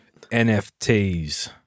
NFTs